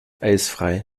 eisfrei